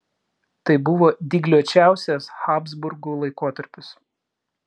tai buvo dygliuočiausias habsburgų laikotarpis